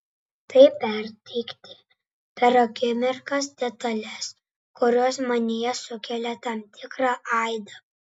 tai perteikti per akimirkas detales kurios manyje sukelia tam tikrą aidą